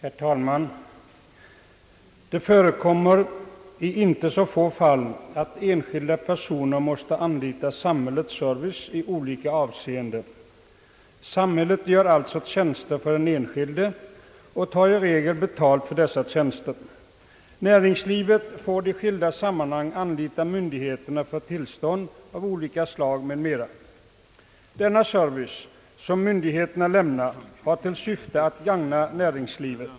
Herr talman! Det förekommer i inte så få fall att enskilda personer måste anlita samhällets service i olika avseenden — sambhället gör alltså tjänster för den enskilde och tar i regel betalt för detta. Näringslivet får i skilda sammanhang anlita myndigheterna för tillstånd av olika slag m.m. Denna myndigheternas service har till syfte att gagna näringslivet.